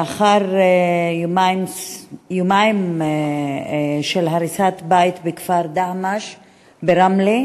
יומיים לאחר הריסת בית בכפר דהמש ברמלה.